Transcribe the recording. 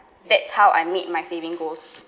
that's how I made my saving goals